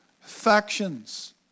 factions